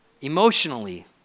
emotionally